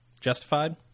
Justified